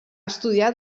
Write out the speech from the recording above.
estudiar